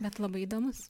bet labai įdomus